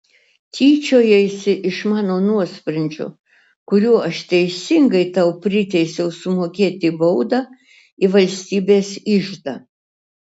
tyčiojaisi iš mano nuosprendžio kuriuo aš teisingai tau priteisiau sumokėti baudą į valstybės iždą